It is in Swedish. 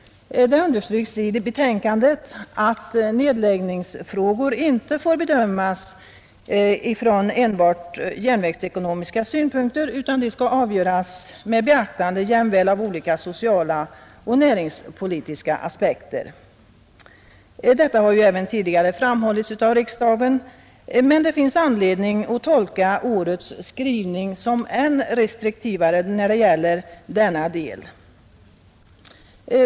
Det understryks i betänkandet att nedläggningsfrågor inte får bedömas från enbart järnvägsekonomiska synpunkter utan skall avgöras med beaktande jämväl av olika sociala och näringspolitiska aspekter. Detta har även tidigare framhållits av riksdagen, men det finns anledning att tolka årets skrivning som än mera restriktiv då det gäller denna del.